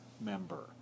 member